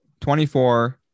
24